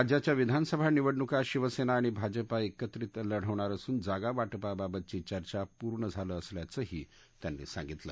राज्याच्या विधानसभा निवडणूका शिवसद्यी आणि भाजपा एकत्रित लढवणार असून जागावाटपाबाबतची चर्चा पूर्ण झाली असल्याचही त्यांनी सांगितलं